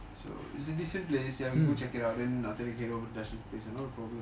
okay okay